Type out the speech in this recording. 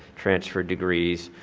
transfer degrees,